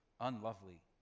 unlovely